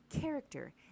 character